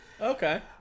Okay